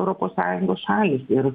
europos sąjungos šalys ir